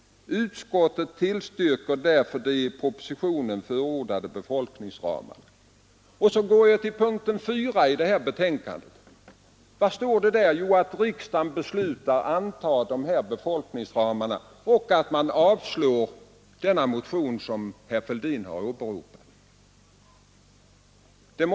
Utskottet tillstyrker därför de i propositionen förordade befolkningsramarna.” Så går jag till utskottets yrkande under punkten 4 i detta betänkande. Vad står det där? Jo, att utskottet hemställer att riksdagen beslutar anta de föreslagna befolkningsramarna och avslå motionen som herr Fälldin har åberopat.